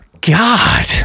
God